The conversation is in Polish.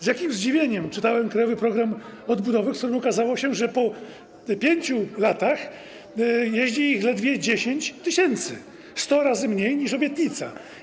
Z jakim zdziwieniem czytałem krajowy program odbudowy, w którym okazało się, że po 5 latach jeździ ich ledwie 10 tys., 100 razy mniej niż obiecano.